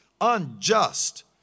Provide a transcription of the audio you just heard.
unjust